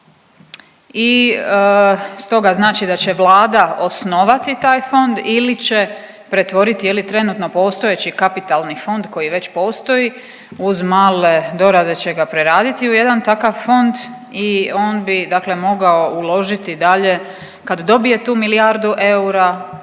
i stoga znači da će Vlada osnovati taj fond ili će pretvorit je li trenutno postojeći kapitalni fond koji već postoji, uz male dorade će ga preraditi u jedan takav fond i on bi dakle mogao uložiti dalje, kad dobije tu milijardu eura